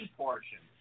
portion